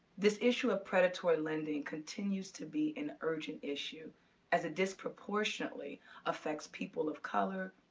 this issue of predatory lending continues to be an urgent issue as it disproportionately affects people of color,